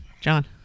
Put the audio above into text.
John